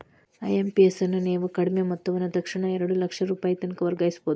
IMPS ಅನ್ನು ನೇವು ಕಡಿಮಿ ಮೊತ್ತವನ್ನ ತಕ್ಷಣಾನ ಎರಡು ಲಕ್ಷ ರೂಪಾಯಿತನಕ ವರ್ಗಾಯಿಸ್ಬಹುದು